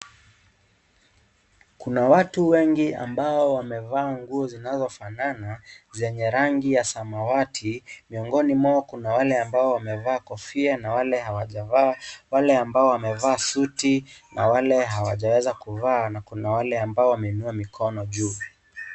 Kuna watu wengi ambao wavaa nguo zinafanana, zenye rangi ya samawati. Miongoni mwao, kuna wale ambao wamevaa kofia na wale hawajavaa. Wale ambao wamevaa suti na wale hawajaweza kuvaa na kuna wale ambao wameinua mikono juu.